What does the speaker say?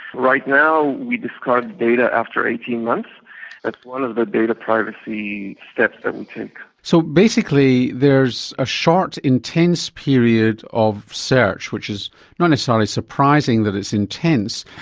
right now we discard data after eighteen months, that's one of the data privacy steps that we take. so basically there's a short intense period of search which is not necessarily surprising that it's intense,